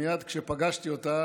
מייד כשפגשתי אותם,